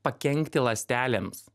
pakenkti ląstelėms